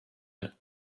chin